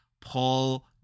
Paul